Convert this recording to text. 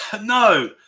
no